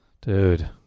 Dude